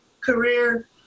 career